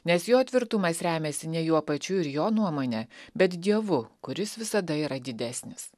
nes jo tvirtumas remiasi ne juo pačiu ir jo nuomone bet dievu kuris visada yra didesnis